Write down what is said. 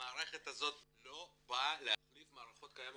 המערכת הזאת לא באה להחליף מערכות קיימות.